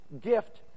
gift